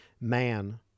man